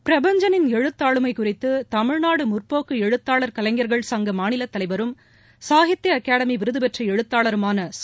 பிரபஞ்சனின் எழுத்தாளுமை குறித்து தமிழ்நாடு முற்போக்கு எழுத்தாளர் கலைஞர்கள் சங்க மாநிலத் தலைவரும் சாகித்ய அகாடமி விருது பெற்ற எழுத்தாளருமான சு